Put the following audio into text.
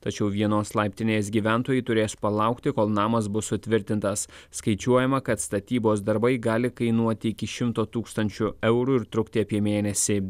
tačiau vienos laiptinės gyventojai turės palaukti kol namas bus sutvirtintas skaičiuojama kad statybos darbai gali kainuoti iki šimto tūkstančių eurų ir trukti apie mėnesį